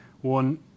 One